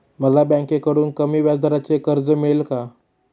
मला बँकेकडून कमी व्याजदराचे कर्ज मिळेल का?